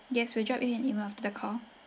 yes we'll drop you an email after the call